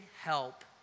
help